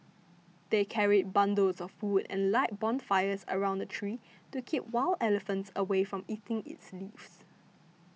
they carried bundles of wood and light bonfires around the tree to keep wild elephants away from eating its leaves